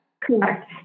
Correct